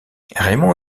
raymond